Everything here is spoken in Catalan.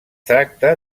tracta